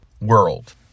world